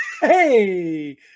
Hey